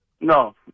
no